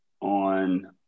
on